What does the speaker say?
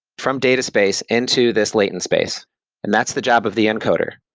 from data space into this latent space and that's the job of the encoder.